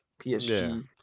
PSG